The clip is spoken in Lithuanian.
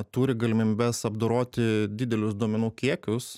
turi galimybes apdoroti didelius duomenų kiekius